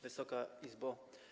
Wysoka Izbo!